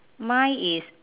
mine is